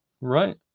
Right